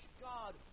God